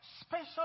special